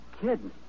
kidding